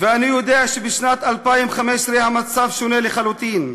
ואני יודע שבשנת 2015 המצב שונה לחלוטין.